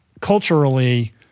culturally